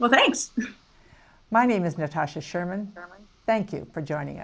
well thanks my name is natasha sherman thank you for joining